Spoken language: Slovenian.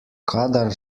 kadar